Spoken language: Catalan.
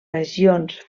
regions